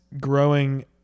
growing